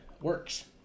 works